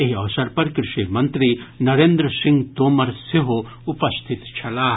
एहि अवसर पर कृषि मंत्री नरेंद्र सिंह तोमर सेहो उपस्थित छलाह